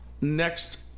next